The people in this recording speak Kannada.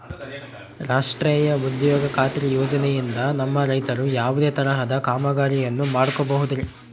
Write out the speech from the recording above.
ರಾಷ್ಟ್ರೇಯ ಉದ್ಯೋಗ ಖಾತ್ರಿ ಯೋಜನೆಯಿಂದ ನಮ್ಮ ರೈತರು ಯಾವುದೇ ತರಹದ ಕಾಮಗಾರಿಯನ್ನು ಮಾಡ್ಕೋಬಹುದ್ರಿ?